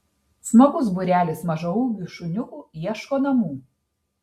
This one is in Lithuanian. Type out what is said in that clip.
smagus būrelis mažaūgių šuniukų ieško namų